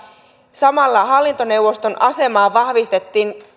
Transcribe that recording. samalla hallintoneuvoston asemaa vahvistettiin